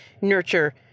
nurture